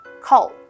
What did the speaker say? call